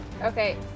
Okay